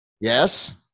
Yes